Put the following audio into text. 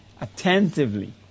attentively